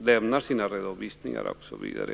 lämna sina redovisningar osv.